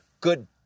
good